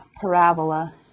parabola